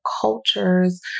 cultures